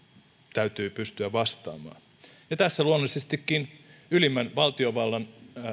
täytyy pystyä vastaamaan tässä luonnollisestikin ylimmän valtiovallan